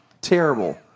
Terrible